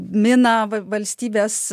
mina va valstybės